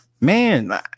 Man